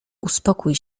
uspokój